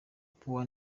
papua